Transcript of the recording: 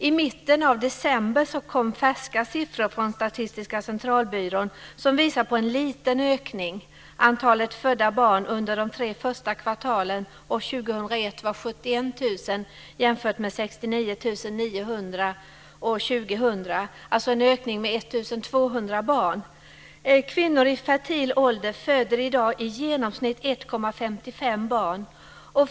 I mitten av december kom färska siffror från Statistiska centralbyrån som visar på en liten ökning: 2001 var 71 100 jämfört med 69 900 år 2000, alltså en ökning med 1 200 barn. Kvinnor i fertil ålder föder i dag i genomsnitt 1,55 barn.